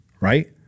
right